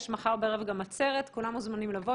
יש מחר בערב גם עצרת, כולם מוזמנים לבוא.